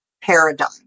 paradigm